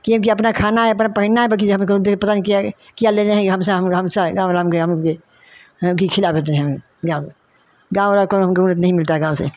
क्योकि अपना खाना है अपना पहिनना है बाकि हमको देख पता नहीं किया है क्या क्या लेना है हमसे हमसाय राम राम गये हम लोग भी उनकी खिलाप रहते हैं गाँव में गाँव वाला कौनो नहीं मिलता है गाँव से